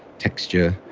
texture,